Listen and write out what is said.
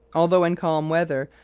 although in calm weather,